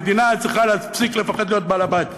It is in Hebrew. המדינה צריכה להפסיק לפחד להיות בעל הבית,